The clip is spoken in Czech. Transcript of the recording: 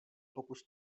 pokus